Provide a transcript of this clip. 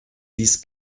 dies